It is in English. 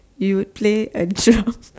you would play a drum